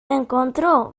encontró